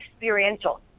experiential